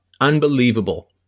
unbelievable